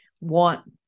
want